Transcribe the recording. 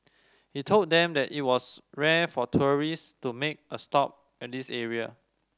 he told them that it was rare for tourist to make a stop at this area